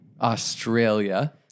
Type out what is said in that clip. Australia